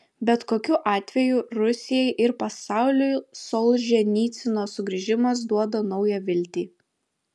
bet kokiu atveju rusijai ir pasauliui solženicyno sugrįžimas duoda naują viltį